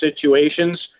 situations